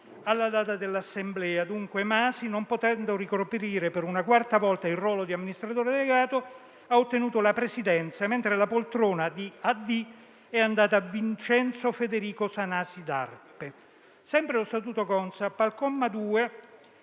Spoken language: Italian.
alla data dell'assemblea. Dunque, Masi, non potendo ricoprire per una quarta volta il ruolo di amministratore delegato, ha ottenuto la presidenza, mentre la poltrona di amministratore delegato è andata a Vincenzo Federico Sanasi D'Arpe. Sempre lo statuto della Consap